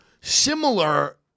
similar